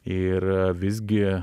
ir visgi